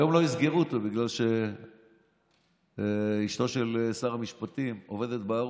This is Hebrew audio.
היום לא יסגרו אותו בגלל שאשתו של שר המשפטים עובדת בערוץ.